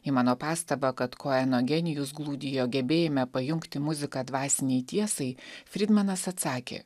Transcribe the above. į mano pastabą kad koeno genijus glūdi jo gebėjime pajungti muziką dvasinei tiesai fridmanas atsakė